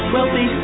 Wealthy